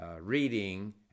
reading